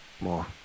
more